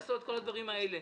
לעשות את כל הדברים האלה.